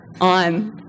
on